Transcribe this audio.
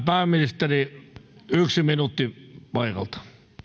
pääministeri yksi minuutti paikalta